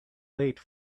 late